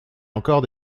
encore